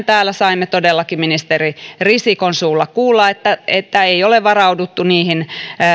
täällä saimme todellakin ministeri risikon suulla kuulla että että ei ole varauduttu niihin